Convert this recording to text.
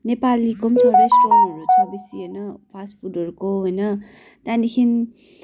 नेपालीको पनि छ रेस्टुरेन्टहरू छ बेसी होइन फास्ट फुडहरूको होइन त्यहाँदेखि